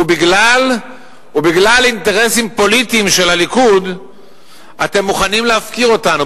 ובגלל אינטרסים פוליטיים של הליכוד אתם מוכנים להפקיר אותנו,